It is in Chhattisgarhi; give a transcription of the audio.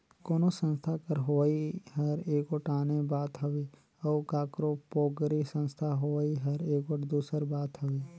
कोनो संस्था कर होवई हर एगोट आने बात हवे अउ काकरो पोगरी संस्था होवई हर एगोट दूसर बात हवे